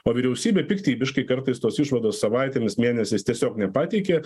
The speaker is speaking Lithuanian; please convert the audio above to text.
o vyriausybė piktybiškai kartais tos išvados savaitėmis mėnesiais tiesiog nepateikė